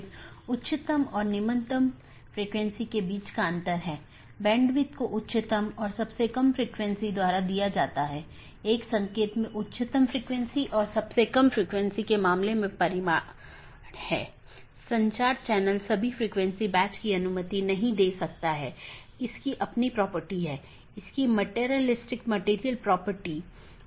इसलिए जो हम देखते हैं कि मुख्य रूप से दो तरह की चीजें होती हैं एक है मल्टी होम और दूसरा ट्रांजिट जिसमे एक से अधिक कनेक्शन होते हैं लेकिन मल्टी होमेड के मामले में आप ट्रांजिट ट्रैफिक की अनुमति नहीं दे सकते हैं और इसमें एक स्टब प्रकार की चीज होती है जहां केवल स्थानीय ट्रैफ़िक होता है मतलब वो AS में या तो यह उत्पन्न होता है या समाप्त होता है